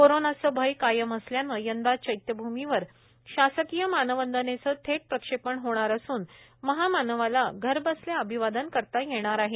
कोरोनाचं भय कायम असल्यानं यंदा चैत्यभूमीवर शासकीय मानवंदनेचं थेट प्रक्षेपण होणार असून महामानवाला घरबसल्या अभिवादन करता येणार आहे